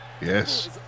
Yes